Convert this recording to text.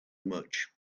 much